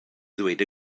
ddweud